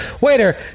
Waiter